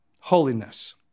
holiness